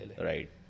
Right